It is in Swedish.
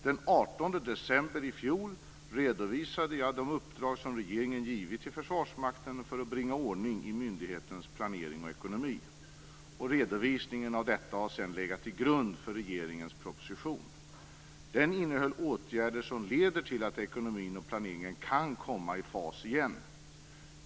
Den 18 december i fjol redovisade jag de uppdrag som regeringen givit till Försvarsmakten för att bringa ordning i myndighetens planering och ekonomi. Redovisningen av detta har sedan legat till grund för regeringens proposition. Den innehöll åtgärder som leder till att ekonomin och planeringen kan komma i fas igen.